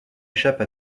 échappe